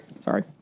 Sorry